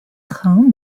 train